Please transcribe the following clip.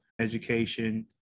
education